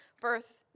birth